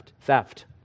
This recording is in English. theft